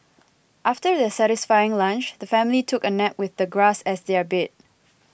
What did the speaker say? after their satisfying lunch the family took a nap with the grass as their bed